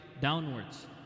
downwards